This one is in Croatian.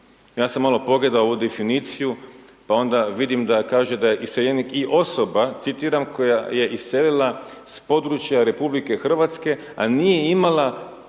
Ja sam malo pogledao ovu definiciju pa onda vidim da kaže da je iseljenik i osoba, citiram, koja je iselila s područja RH a nije imala